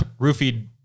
roofied